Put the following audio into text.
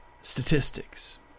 statistics